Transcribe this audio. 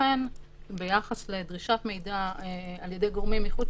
ולכן ביחס לדרישת מידע על-ידי גורמים מחוץ